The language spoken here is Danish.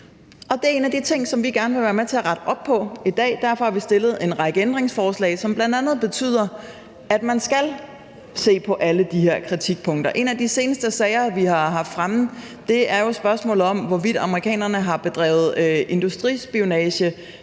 det en af de ting, som vi gerne vil være med til at rette op på i dag. Derfor har vi stillet en række ændringsforslag, som bl.a. betyder, at man skal se på alle de her kritikpunkter. En af de seneste sager, som vi har haft fremme, er jo spørgsmålet om, hvorvidt amerikanerne har bedrevet industrispionage